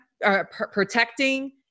protecting